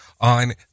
on